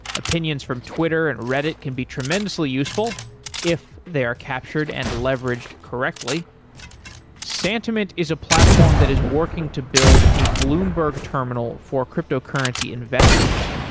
opinions from twitter and reddit can be tremendously useful if they are captured and leveraged correctly santiment is a platform that is working to build a bloomberg terminal for cryptocurrency investors.